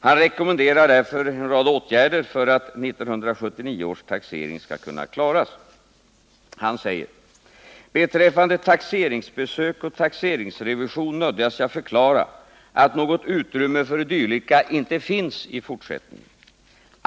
Han rekommenderar därför en rad åtgärder för att 1979 års taxering skall kunna klaras. Han skriver: ”Betr. taxeringsbesök och taxeringsrevision nödgas jag förklara att något utrymme för dylika inte finns i fortsättningen.